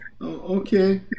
Okay